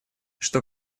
что